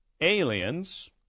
aliens